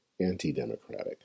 anti-democratic